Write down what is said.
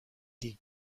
die